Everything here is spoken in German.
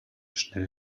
schnell